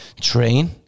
train